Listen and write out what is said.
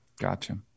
Gotcha